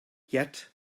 yet